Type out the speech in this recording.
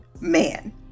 man